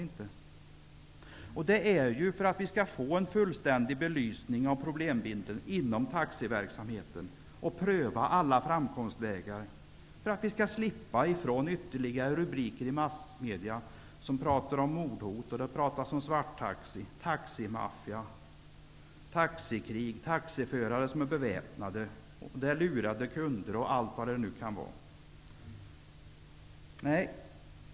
Det handlar ju om att göra en fullständig belysning av problembilden inom taxiverksamheten och att pröva alla framkomstvägar, detta för att vi skall slippa ifrån ytterligare rubriker i massmedia om mordhot, svarttaxi, taximaffia, taxikrig, beväpnade taxiförare, lurade kunder, m.m.